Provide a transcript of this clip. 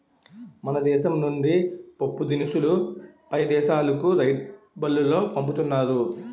మన దేశం నుండి పప్పుదినుసులు పై దేశాలుకు రైలుబల్లులో పంపుతున్నారు